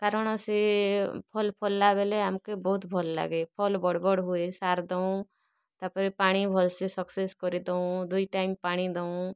କାରଣ ସେ ଫଲ୍ ଫଲ୍ଲା ବେଲେ ଆମ୍କେ ବହୁତ୍ ଭଲ୍ ଲାଗେ ଫଳ୍ ବଡ଼୍ ବଡ଼୍ ହୁଏ ସାର୍ ଦୋଉଁ ତା ପରେ ପାଣି ଭଲ୍ସେ ସକ୍ସେସ୍ କରି ଦୋଉଁ ଦୁଇ ଟାଇମ୍ ପାଣି ଦୋଉଁ